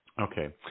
Okay